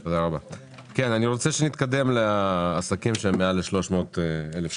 אני רוצה שנתקדם לעסקים שהם מעל ל-300 אלף שקלים.